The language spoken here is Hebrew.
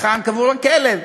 היכן קבור הכלב?